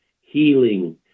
healing